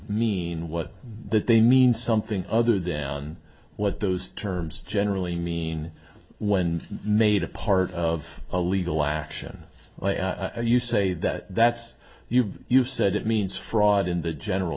mean what they mean something other than what those terms generally mean when made a part of a legal action you say that that's you you've said it means fraud in the general